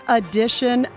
edition